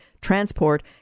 transport